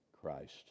Christ